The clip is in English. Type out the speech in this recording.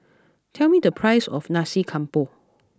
tell me the price of Nasi Campur